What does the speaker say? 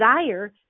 desire